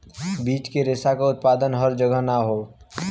बीज के रेशा क उत्पादन हर जगह ना हौ